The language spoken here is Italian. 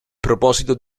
proposito